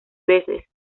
veces